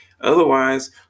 Otherwise